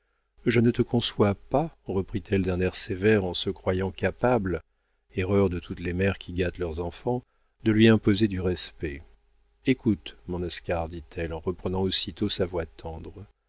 je ne te conçois pas reprit-elle d'un air sévère en se croyant capable erreur de toutes les mères qui gâtent leurs enfants de lui imposer du respect écoute mon oscar dit-elle en reprenant aussitôt sa voix tendre